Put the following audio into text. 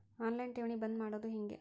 On line ಠೇವಣಿ ಬಂದ್ ಮಾಡೋದು ಹೆಂಗೆ?